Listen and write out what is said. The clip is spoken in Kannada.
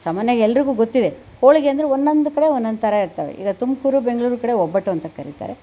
ಸಾಮಾನ್ಯ ಎಲ್ಲರಿಗು ಗೊತ್ತಿದೆ ಹೋಳಿಗೆ ಅಂದರೆ ಒಂದಂದೊಂದು ಕಡೆ ಒಂದೊಂದು ಥರ ಇರುತ್ತವೆ ಈಗ ತುಮಕೂರು ಬೆಂಗಳೂರು ಕಡೆ ಒಬ್ಬಟ್ಟು ಅಂತ ಕರೀತಾರೆ